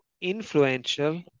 influential